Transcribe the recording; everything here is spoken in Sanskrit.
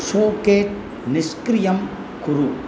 सोकेट् निष्क्रियं कुरु